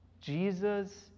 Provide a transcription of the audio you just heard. Jesus